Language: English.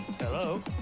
Hello